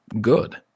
good